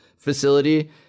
facility